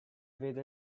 vede